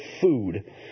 food